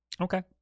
Okay